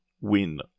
win